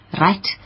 right